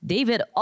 David